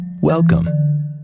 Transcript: Welcome